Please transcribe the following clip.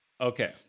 Okay